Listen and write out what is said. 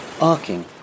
arcing